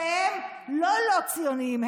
שהם לא לא-ציונים,